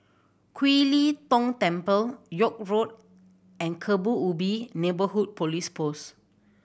Kiew Lee Tong Temple York Road and Kebun Ubi Neighbourhood Police Post